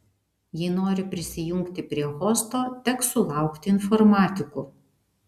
jei nori prisijungti prie hosto teks sulaukti informatikų